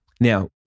Now